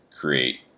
create